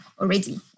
already